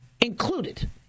included